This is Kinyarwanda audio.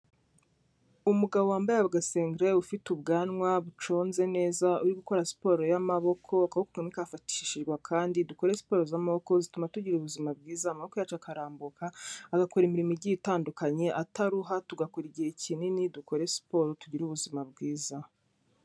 Umugabo wambaye agasengeri ufite ubwanwa buconze neza, uri gukora siporo y'amaboko akaboko kamwe kafashishijwe akandi, dukore siporo z'amaboko zituma tugira ubuzima bwiza amaboko yacu akarambuka agakora imirimo igiye itandukanye ataruha, tugakora igihe kinini dukore siporo tugira ubuzima bwiza.